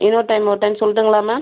இன்னொரு டைம் ஒரு டைம் சொல்லுட்டுங்களா மேம்